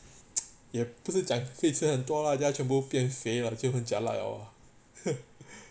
也不是讲会吃很多大家全变肥了就很 jialat 了 lor